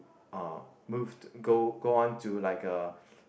uh moved go go on to like uh